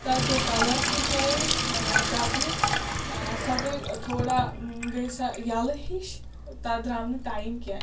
تَتھ گوٚو کَلَر تہِ چینج آ چَپنہِ آ سۅ گٔیہِ تھوڑا گٔے سۅ یلہٕ ہِش تَتھ درٛاو نہٕ ٹایِم کیٚنٛہہ